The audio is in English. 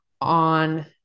on